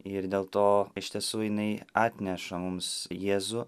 ir dėl to iš tiesų jinai atneša mums jėzų